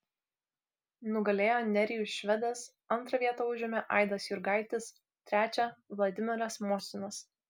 nugalėjo nerijus švedas antrą vietą užėmė aidas jurgaitis trečią vladimiras mosinas